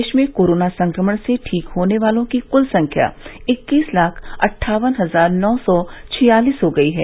देश में कोरोना संक्रमण से ठीक होने वालों की कुल संख्या इक्कीस लाख अट्ठावन हजार नौ सौ छियालिस हो गई है